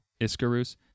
iskarus